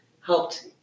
helped